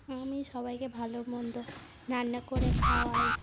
আমি সবাইকে ভালো মন্দ রান্না করে খাওয়াই